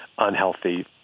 unhealthy